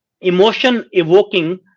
emotion-evoking